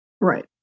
right